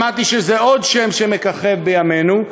שמעתי שזה עוד שם שמככב בימינו,